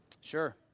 Sure